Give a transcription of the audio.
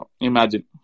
Imagine